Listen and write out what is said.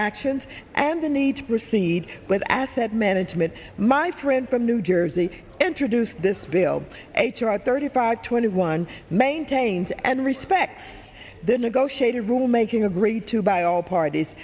actions and the need to proceed with asset management my friend from new jersey introduced this bill h r thirty five twenty one maintains and respect the negotiated rule making agreed to by all parties